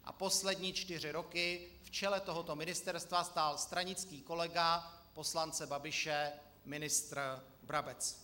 A poslední čtyři roky v čele tohoto ministerstva stál stranický kolega poslance Babiše ministr Brabec.